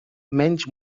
menys